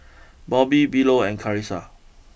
Bobby Philo and Carissa